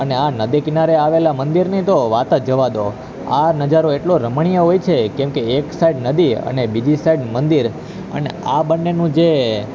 અને આ નદી કિનારે આવેલા મંદિરની તો વાત જ જવા દો આ નજારો એટલો રમણીય હોય છે કેમકે એક સાઈડ નદી અને બીજી સાઈડ મંદિર અને આ બંનેનું જે